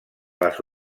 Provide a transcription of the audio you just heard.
les